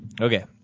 Okay